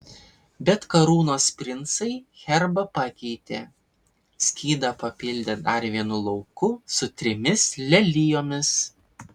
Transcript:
bet karūnos princai herbą pakeitė skydą papildė dar vienu lauku su trimis lelijomis